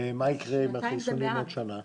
ומה יקרה עם החיסונים עוד שנה?